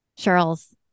Charles